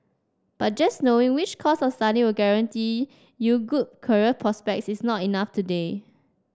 but just knowing which course of study will guarantee you good career prospects is not enough today